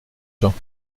temps